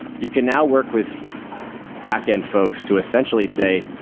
you can now work with backend folks to essentially say,